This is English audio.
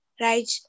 right